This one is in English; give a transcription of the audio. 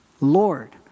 Lord